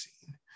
seen